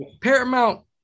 Paramount